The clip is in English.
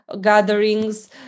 gatherings